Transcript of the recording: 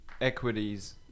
equities